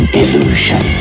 illusion